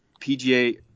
PGA